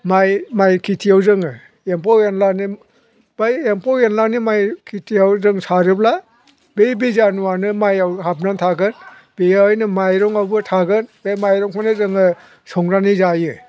माइ खेथियाव जोङो एम्फौ एनलानि बै एम्फौ एनलानि माइ खेथियाव जों सारोब्ला बै बिजानुआनो माइयाव हाबनानै थागोन बेवहायनो माइरंआवबो थागोन बे माइरंखौनो जोङो संनानै जायो